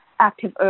active